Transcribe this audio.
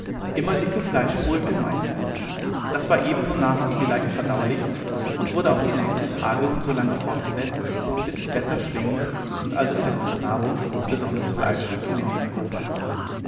immer dicke fleischbrühe mit maismehl das war ebenso nahrhaft wie leichtverdaulich und wurde auch die nächsten tage und so lange fortgesetzt bis ich besser schlingen und also festere nahrung besonders fleisch zu mir nehmen konnte